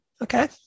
Okay